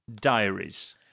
Diaries